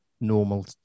normal